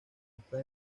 está